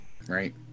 right